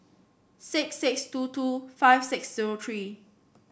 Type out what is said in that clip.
six six two two five six zero three